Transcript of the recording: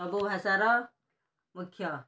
ସବୁ ଭାଷାର ମୁଖ୍ୟ